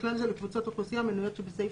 ובכלל זה לקבוצות אוכלוסייה המנויות בסעיף